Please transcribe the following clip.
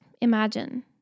imagine